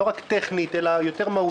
לא רק טכנית אלא מהותית